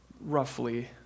roughly